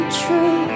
true